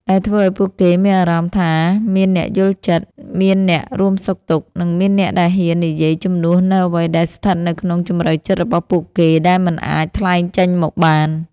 ដែលធ្វើឱ្យពួកគេមានអារម្មណ៍ថាមានអ្នកយល់ចិត្ត មានអ្នករួមសុខទុក្ខ និងមានអ្នកដែលហ៊ាននិយាយជំនួសនូវអ្វីដែលស្ថិតនៅក្នុងជម្រៅចិត្តរបស់ពួកគេដែលមិនអាចថ្លែងចេញមកបាន។